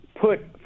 put